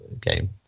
game